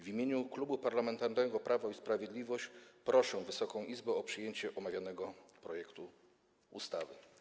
W imieniu Klubu Parlamentarnego Prawo i Sprawiedliwość proszę Wysoką Izbę o przyjęcie omawianego projektu ustawy.